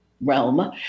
realm